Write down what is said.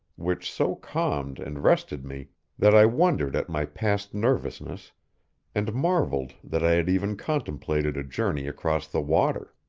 which so calmed and rested me that i wondered at my past nervousness and marvelled that i had even contemplated a journey across the water.